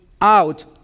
out